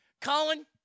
Colin